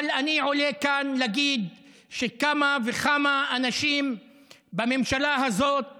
אבל אני עולה לכאן להגיד שכמה וכמה אנשים בממשלה הזאת